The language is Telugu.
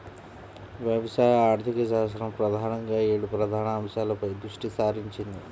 వ్యవసాయ ఆర్థికశాస్త్రం ప్రధానంగా ఏడు ప్రధాన అంశాలపై దృష్టి సారించింది